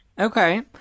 Okay